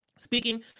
Speaking